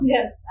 Yes